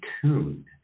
tuned